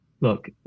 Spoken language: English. look